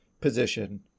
position